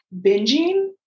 binging